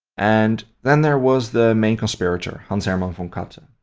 and then there was the main conspirator, hans hermann von katte. but